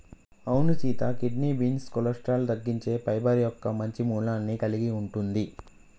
అవును సీత kidney beans cholesterol తగ్గించే పైబర్ మొక్క మంచి మూలాన్ని కలిగి ఉంటుంది